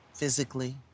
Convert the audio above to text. physically